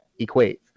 equates